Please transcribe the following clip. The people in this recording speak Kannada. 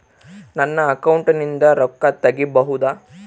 ನನ್ನ ಅಕೌಂಟಿಂದ ರೊಕ್ಕ ತಗಿಬಹುದಾ?